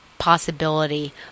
Possibility